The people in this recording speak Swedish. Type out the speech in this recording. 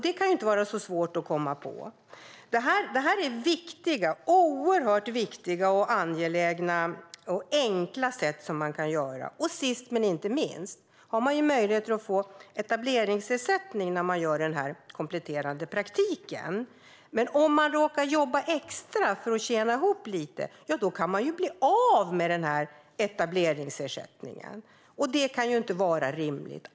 Det kan inte vara så svårt att komma på. Detta är oerhört viktiga, angelägna och enkla sätt att göra det på. Sist men inte minst har man möjlighet att få etableringsersättning när man gör kompletterande praktik. Men om man råkar jobba extra för att tjäna ihop lite kan man bli av med etableringsersättningen. Detta kan inte vara rimligt.